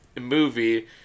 movie